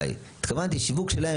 Y. התכוונתי שיווק שלהם,